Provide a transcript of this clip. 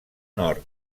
nord